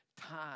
time